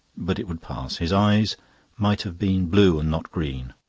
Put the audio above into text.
but it would pass. his eyes might have been blue and not green.